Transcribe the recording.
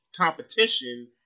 competition